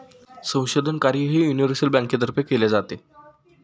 संशोधन कार्यही युनिव्हर्सल बँकेतर्फे केले जाते